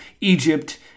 Egypt